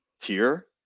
tier